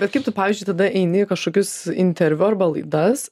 bet kaip tu pavyzdžiui tada eini į kažkokius interviu arba laidas